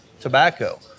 tobacco